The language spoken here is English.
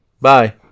Bye